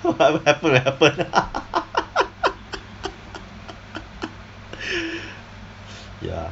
what happen will happen ya